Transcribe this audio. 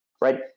right